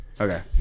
Okay